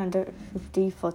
ya seven hundred fifty for